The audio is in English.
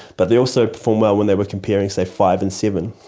but they also performed well when they were comparing, say, five and seven.